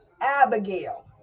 Abigail